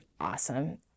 awesome